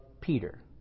Peter